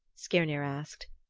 skirnir asked.